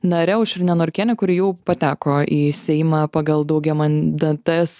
nare aušrine norkiene kuri jau pateko į seimą pagal daugiamandates